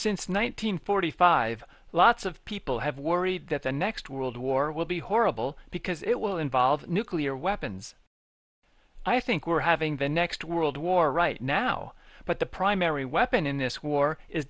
hundred five lots of people have worried that the next world war will be horrible because it will involve nuclear weapons i think we're having the next world war right now but the primary weapon in this war is